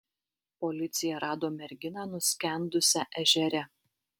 policija rado merginą nuskendusią ežere